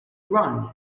run